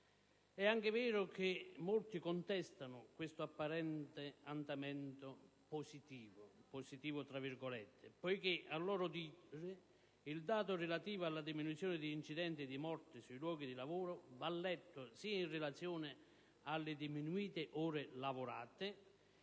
È anche vero che molti contestano questo apparente andamento "positivo", poiché a loro dire il dato relativo alla diminuzione di incidenti e di morti sui luoghi di lavoro va letto sia in relazione alle diminuite ore lavorate,